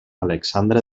alexandre